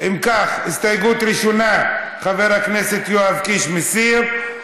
אם כך, הסתייגות ראשונה, חבר הכנסת יואב קיש מסיר.